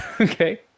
okay